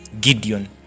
Gideon